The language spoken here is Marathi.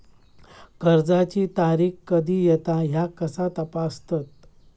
कर्जाची तारीख कधी येता ह्या कसा तपासतत?